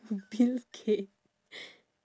bill gate